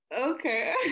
Okay